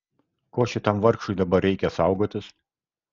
ko šitam vargšui dabar reikia saugotis